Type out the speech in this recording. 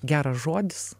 geras žodis